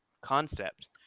concept